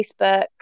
Facebook